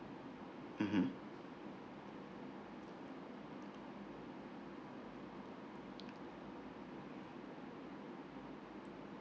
mmhmm